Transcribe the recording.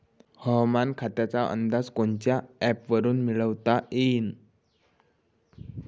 हवामान खात्याचा अंदाज कोनच्या ॲपवरुन मिळवता येईन?